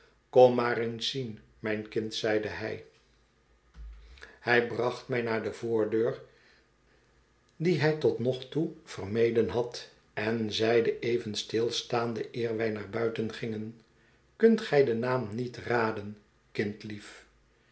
kom maar eens zien mijn kind zeide hij hij bracht mij naar de voordeur die hij tot nog toe vermeden had en zeide even stilstaande eer wij naar buiten gingen kunt gij den naam niet raden